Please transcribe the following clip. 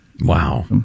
wow